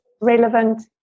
relevant